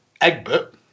Egbert